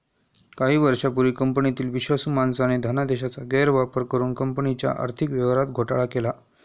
काही वर्षांपूर्वी कंपनीतील विश्वासू माणसाने धनादेशाचा गैरवापर करुन कंपनीच्या आर्थिक व्यवहारात घोटाळा केला